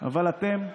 אבל לפעמים,